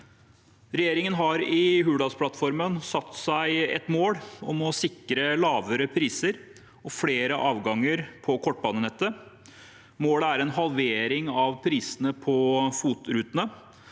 Regjeringen har i Hurdalsplattformen satt seg et mål om å sikre lavere priser og flere avganger på kortbanenettet. Målet er en halvering av prisene på FOT-rutene,